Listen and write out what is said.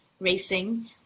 racing